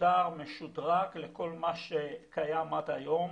מסודר ומשודרג לכל מה שקיים עד היום,